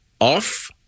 Off